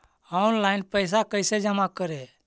Online पैसा कैसे जमा करे?